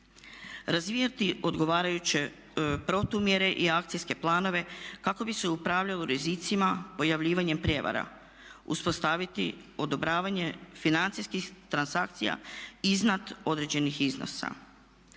Razvijati odgovarajuće protumjere i akcijske planove kako bi se upravljalo rizicima pojavljivanjem prijevara, uspostaviti odobravanje financijskih transakcija iznad određenih iznosa.